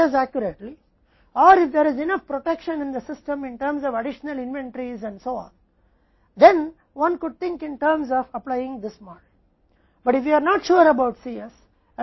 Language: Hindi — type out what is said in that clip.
इसलिए केवल अगर हम Cs को सही तरीके से जानते हैं या यदि अतिरिक्त इन्वेंटरी और इतने पर सिस्टम में पर्याप्त सुरक्षा है तो कोई इस मॉडल को लागू करने के संदर्भ में सोच सकता है